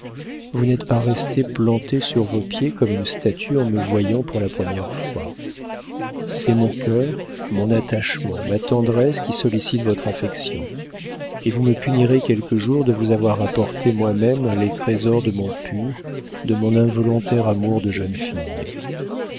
vous n'êtes pas resté planté sur vos pieds comme une statue en me voyant pour la première fois c'est mon cœur mon attachement ma tendresse qui sollicitent votre affection et vous me punirez quelque jour de vous avoir apporté moi-même les trésors de mon pur de mon involontaire amour de jeune fille